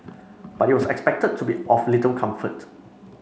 but it was expected to be of little comfort